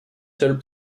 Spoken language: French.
seul